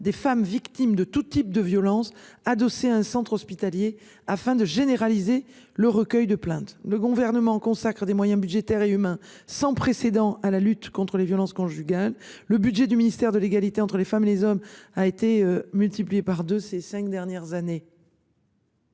des femmes victimes de tout type de violence, adossé à un centre hospitalier afin de généraliser le recueil de plainte le gouvernement consacrent des moyens budgétaires et humains sans précédent à la lutte contre les violences conjugales. Le budget du ministère de l'égalité entre les femmes et les hommes a été multiplié par 2 ces 5 dernières années.